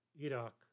Iraq